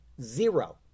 zero